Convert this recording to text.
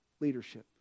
leadership